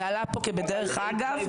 ועלה פה בדרך אגב,